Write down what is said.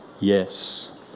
Yes